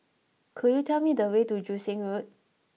could you tell me the way to Joo Seng Road